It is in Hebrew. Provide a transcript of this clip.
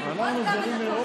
עוד כמה דקות,